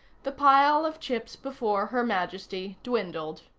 the pile of chips before her majesty dwindled.